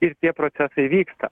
ir tie procesai vyksta